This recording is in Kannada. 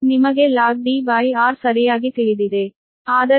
ನಿಮಗೆ log Dr ಸರಿಯಾಗಿ ತಿಳಿದಿದೆ